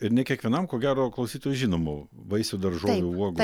ir ne kiekvienam ko gero klausytojui žinomų vaisių daržovių uogų